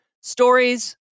Stories